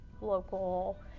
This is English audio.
local